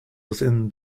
within